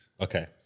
Okay